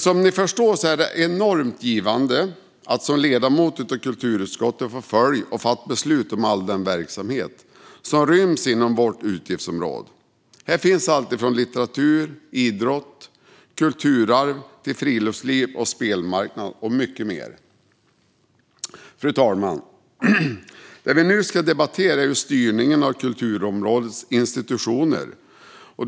Som ni förstår är det enormt givande att som ledamot av kulturutskottet få följa och fatta beslut om all den verksamhet som ryms inom vårt utgiftsområde. Här finns allt från litteratur, idrott och kulturarv till friluftsliv, spelmarknad och mycket mer. Fru talman! Det vi nu debatterar är ju styrningen av kulturområdets institutioner.